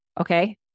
Okay